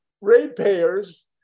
ratepayers